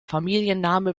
familienname